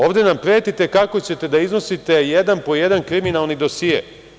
Ovde nam pretite kako ćete da iznosite jedan po jedan kriminalni dosije.